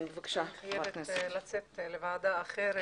אני חייבת לצאת לוועדה אחרת.